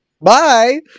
Bye